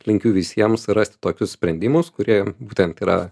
linkiu visiems rasti tokius sprendimus kurie būtent yra